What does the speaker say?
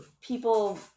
people